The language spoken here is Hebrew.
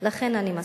לכן אני מסכימה.